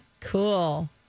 Cool